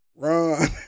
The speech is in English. run